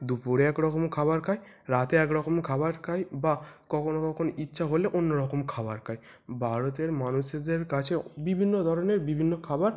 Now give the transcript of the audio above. দুপুরে একরকম খাবার খায় রাতে একরকম খাবার খায় বা কখনো কখনো ইচ্ছা হলে অন্য রকম খাবার খায় ভারতের মানুষদের কাছে বিভিন্ন ধরনের বিভিন্ন খাবার